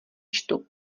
čtu